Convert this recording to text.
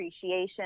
appreciation